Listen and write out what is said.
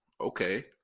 Okay